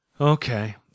Okay